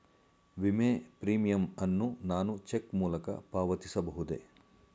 ವಿಮೆ ಪ್ರೀಮಿಯಂ ಅನ್ನು ನಾನು ಚೆಕ್ ಮೂಲಕ ಪಾವತಿಸಬಹುದೇ?